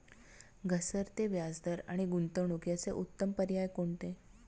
घसरते व्याजदर आणि गुंतवणूक याचे उत्तम पर्याय कोणते?